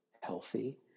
healthy